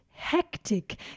Hectic